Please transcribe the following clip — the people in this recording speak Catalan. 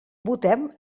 votem